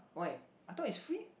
why I thought is free